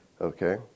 Okay